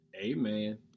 amen